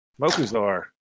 Mokuzar